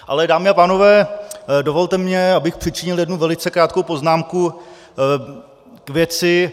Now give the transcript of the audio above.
Ale dámy a pánové, dovolte mi, abych přičinil jednu velice krátkou poznámku k věci.